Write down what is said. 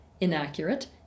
inaccurate